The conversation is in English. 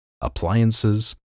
appliances